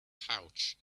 pouch